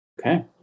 Okay